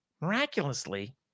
miraculously